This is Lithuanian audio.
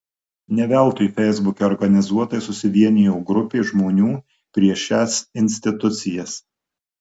ne veltui feisbuke organizuotai susivienijo grupė žmonių prieš šias institucijas